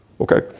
Okay